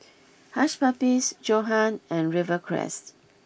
Hush Puppies Johan and Rivercrest